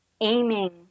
aiming